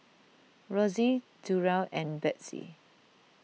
Rosie Durell and Bethzy